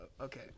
Okay